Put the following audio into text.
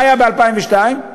אני